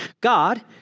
God